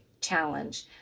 challenge